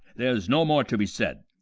there's no more to be said,